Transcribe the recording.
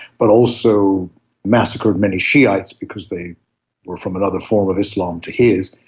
but also massacred many shi'ites because they were from another form of islam to his.